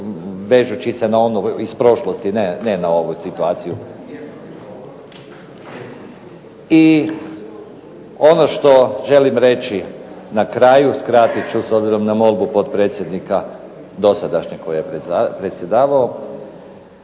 vežući se na ono iz prošlosti, ne na ovu situaciju. … /Upadica se ne razumije./… I ono što želim reći na kraju, skratit ću s obzirom na molbu potpredsjednika dosadašnjeg koji je predsjedavao,